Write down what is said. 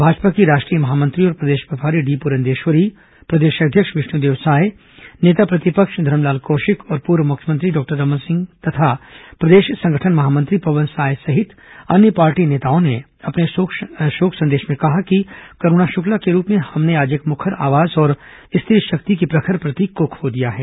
भाजपा की राष्ट्रीय महामंत्री और प्रदेश प्रभारी डी पुरंदेश्वरी प्रदेश अध्यक्ष विष्णुदेव साय नेता प्रतिपक्ष धरमलाल कौशिक पूर्व मुख्यमंत्री डॉक्टर रमन सिंह और प्रदेश संगठन महामंत्री पवन साय सहित अन्य पार्टी नेताओं ने अपने शोक संदेश में कहा कि करूणा शुक्ला के रूप में हमने आज एक मुखर आवाज और स्त्री शक्ति की एक प्रखर प्रतीक को खो दिया है